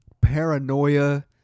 paranoia